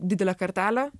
didelę kartelę